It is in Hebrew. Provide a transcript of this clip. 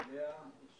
על מות אביה.